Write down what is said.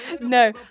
No